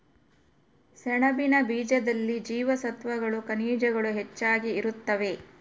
ಸೆಣಬಿನ ಬೀಜದಲ್ಲಿ ಜೀವಸತ್ವಗಳು ಖನಿಜಗಳು ಹೆಚ್ಚಾಗಿ ಇರುತ್ತವೆ